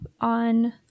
on